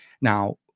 Now